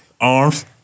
Arms